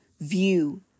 view